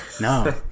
no